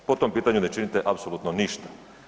Po tom pitanju ne činite apsolutno ništa.